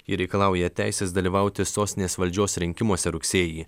ir reikalauja teisės dalyvauti sostinės valdžios rinkimuose rugsėjį